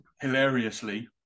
hilariously